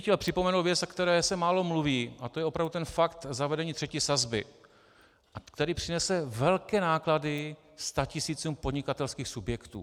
Chtěl bych připomenout věc, o které se málo mluví, a to je ten fakt zavedení třetí sazby, který přinese velké náklady statisícům podnikatelských subjektů.